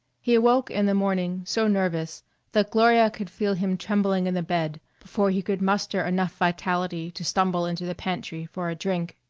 he awoke in the morning so nervous that gloria could feel him trembling in the bed before he could muster enough vitality to stumble into the pantry for a drink.